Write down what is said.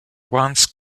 once